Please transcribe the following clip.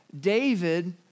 David